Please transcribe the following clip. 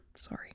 sorry